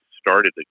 started